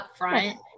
upfront